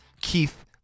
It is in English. Keith